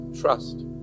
trust